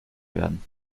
werden